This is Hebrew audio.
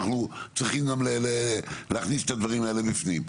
אנחנו צריכים גם להכניס את הדברים האלה פנימה.